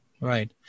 Right